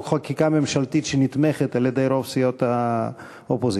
או חקיקה ממשלתית שנתמכת על-ידי רוב סיעות האופוזיציה.